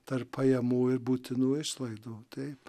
tarp pajamų ir būtinų išlaidų taip